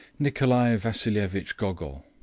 nikolai vasilievich gogol,